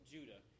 Judah